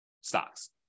stocks